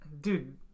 Dude